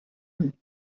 one